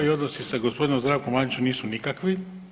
Moji odnosi sa gospodinom Zdravkom Mamićem nisu nikakvi.